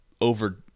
over